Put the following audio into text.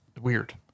Weird